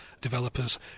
developers